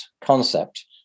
concept